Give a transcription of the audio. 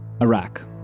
Iraq